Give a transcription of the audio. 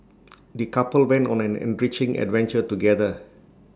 the couple went on an enriching adventure together